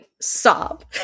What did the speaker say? sob